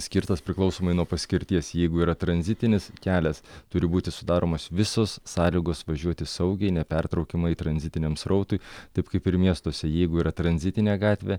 skirtas priklausomai nuo paskirties jeigu yra tranzitinis kelias turi būti sudaromos visos sąlygos važiuoti saugiai nepertraukiamai tranzitiniam srautui taip kaip ir miestuose jeigu yra tranzitinė gatvė